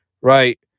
right